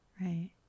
right